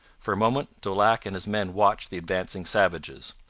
for a moment daulac and his men watched the advancing savages.